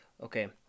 Okay